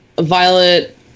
Violet